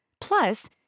plus